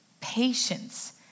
patience